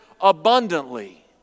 abundantly